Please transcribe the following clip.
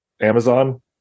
Amazon